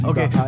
Okay